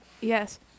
Yes